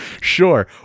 Sure